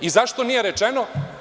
I zašto nije rečeno?